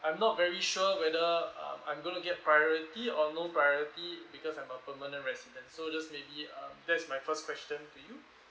I'm not very sure whether um I'm going to get priority or no priority because I'm a permanent resident so just maybe um that's my first question to you